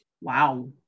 wow